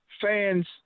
fans